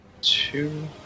two